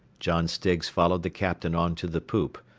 john stiggs followed the captain on to the poop,